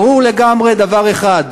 ברור לגמרי דבר אחד,